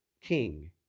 king